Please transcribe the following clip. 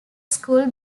school